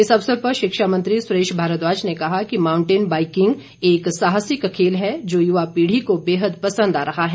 इस अवसर पर शिक्षा मंत्री सुरेश भारद्वाज ने कहा कि माऊंटेन बाइकिंग एक साहसिक खेल है जो युवा पीढ़ी को बेहद पसंद आ रहा है